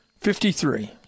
Fifty-three